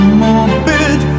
morbid